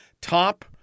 top